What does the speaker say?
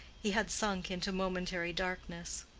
he had sunk into momentary darkness,